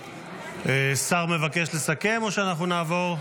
שר מבקש לסכם או שאנחנו נעבור?